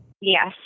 Yes